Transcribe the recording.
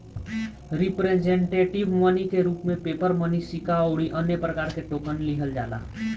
representative money के रूप में पेपर मनी सिक्का अउरी अन्य प्रकार के टोकन लिहल जाला